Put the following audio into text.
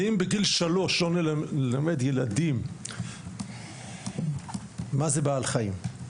ואם בגיל שלוש לא נלמד ילדים מה זה בעל חיים,